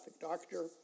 doctor